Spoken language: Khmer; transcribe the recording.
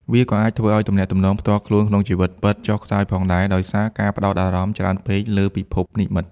វាក៏អាចធ្វើឲ្យ ទំនាក់ទំនងផ្ទាល់ខ្លួនក្នុងជីវិតពិត ចុះខ្សោយផងដែរ ដោយសារការផ្តោតអារម្មណ៍ច្រើនពេកលើពិភពនិម្មិត។